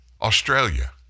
Australia